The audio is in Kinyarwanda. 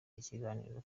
ikiganiro